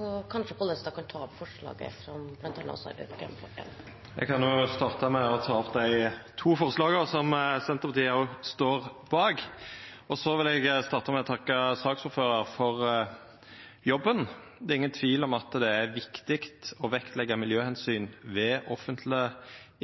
Og kanskje Pollestad kan ta opp de forslagene som bl.a. også Arbeiderpartiet er med på. Eg kan jo starta med å ta opp dei to forslaga som òg Senterpartiet står bak. Så vil eg takka saksordføraren for jobben. Det er ingen tvil om at det er viktig å vektleggja miljøomsyn ved offentlege